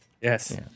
Yes